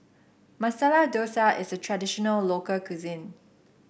Masala Dosa is a traditional local cuisine